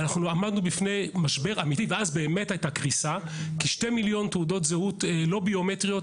כי זה לא ביומטרי.